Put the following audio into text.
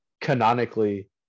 canonically